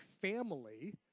family